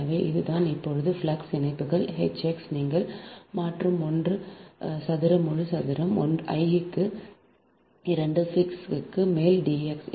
எனவே இதுதான் இப்போது ஃப்ளக்ஸ் இணைப்புகள் H x நீங்கள் மாற்று 1 சதுர முழு சதுரம் I க்கு 2 phi x க்கு மேல் dx